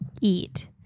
eat